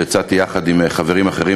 שהצעתי יחד עם חברים אחרים.